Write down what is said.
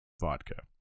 Vodka